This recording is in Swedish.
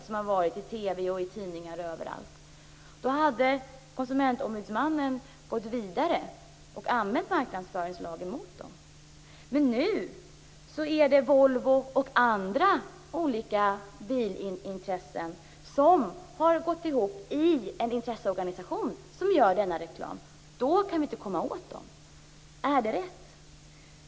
som visades i TV, tidningar och överallt, då hade Konsumentombudsmannen gått vidare och använt marknadsföringslagen mot Volvo. Men nu har Volvo och andra olika bilintressen gått ihop i en intresseorganisation som gör denna reklam. Då kan vi inte komma åt dem. Är detta rätt?